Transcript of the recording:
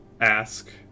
ask